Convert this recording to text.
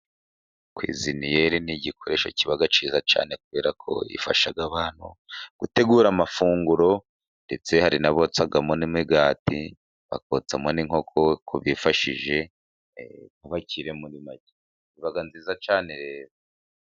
Kwiziniyeri ni igikoresho kiba cyiza cyane kubera ko yafasha abantu gutegura amafunguro, ndetse hari n' abotsagamo n' imigati, bakotsamo n' inkoko kubifashije nka abakire iba nziza cyane rero.